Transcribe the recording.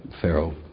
Pharaoh